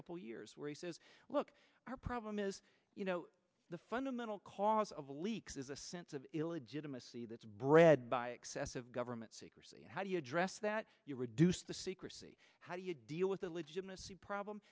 couple years where he says look our problem is you know the fundamental cause of the leaks is a sense of illegitimacy that's bred by excessive government secrecy how do you address that you reduce the secrecy how do you deal with the legitimacy problem